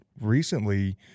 recently